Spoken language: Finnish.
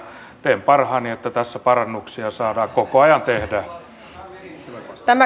teen parhaani että tässä parannuksia saadaan koko ajan tehdään